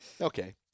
Okay